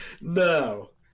No